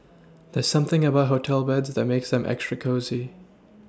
there's something about hotel beds that makes them extra cosy